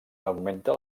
augmenta